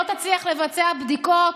לא תצליח לבצע בדיקות,